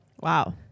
wow